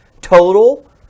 total